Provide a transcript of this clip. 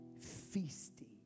feasting